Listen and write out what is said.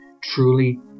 truly